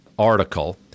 Article